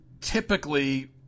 typically –